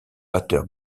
batteur